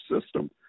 system